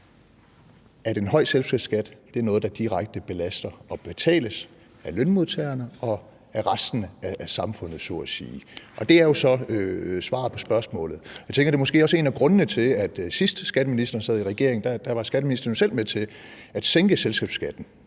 at en høj selskabsskat er noget, som direkte belaster, og som betales af lønmodtagerne og af resten af samfundet, så at sige. Det er jo så svaret på spørgsmålet, og jeg tænker, at det måske også var en af grundene til, at skatteministeren, da han sidst sad i regering, jo selv var med til at sænke selskabsskatten.